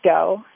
go